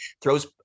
throws